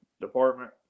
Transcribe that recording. department